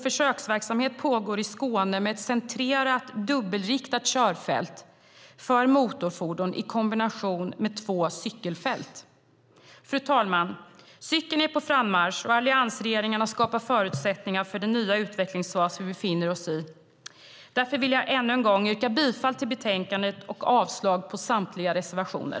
Försöksverksamhet pågår i Skåne med ett centrerat dubbelriktat körfält för motorfordon i kombination med två cykelfält. Fru talman! Cykeln är på frammarsch, och alliansregeringen har skapat förutsättningar för den nya utvecklingsfas som vi befinner oss i. Därför vill jag ännu en gång yrka bifall till förslaget i betänkandet och avslag på samtliga reservationer.